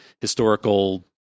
historical